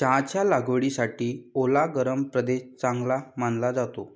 चहाच्या लागवडीसाठी ओला गरम प्रदेश चांगला मानला जातो